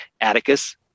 Atticus